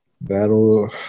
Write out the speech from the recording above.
That'll